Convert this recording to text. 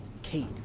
Kate